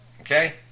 okay